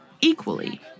equally